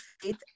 faith